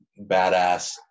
badass